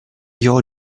your